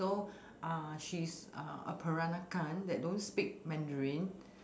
so uh she's uh a peranakan that don't speak mandarin